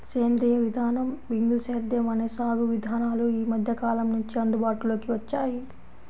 సేంద్రీయ విధానం, బిందు సేద్యం అనే సాగు విధానాలు ఈ మధ్యకాలం నుంచే అందుబాటులోకి వచ్చాయి